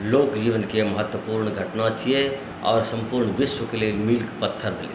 लोक जीवनके महत्वपूर्ण घटना छियै आओर सम्पूर्ण विश्वके लेल मीलके पत्थर भेलै